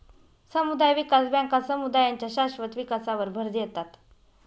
समुदाय विकास बँका समुदायांच्या शाश्वत विकासावर भर देतात